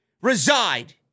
reside